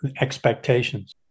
expectations